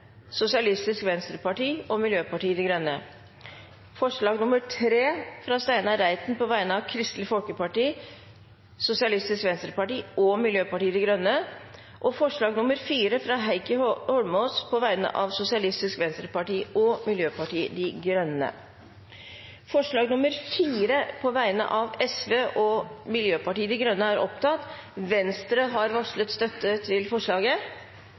Sosialistisk Venstreparti og Miljøpartiet De Grønne forslag nr. 3, fra Steinar Reiten på vegne av Kristelig Folkeparti, Sosialistisk Venstreparti og Miljøpartiet De Grønne forslag nr. 4, fra Heikki Eidsvoll Holmås på vegne av Sosialistisk Venstreparti og Miljøpartiet De Grønne Det voteres først over forslag nr. 4, fra Sosialistisk Venstreparti og Miljøpartiet De Grønne. Forslaget lyder: «Stortinget ber regjeringen avslutte utlysning av nye leteblokker i arktiske farvann som Norge har